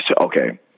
okay